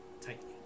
tightly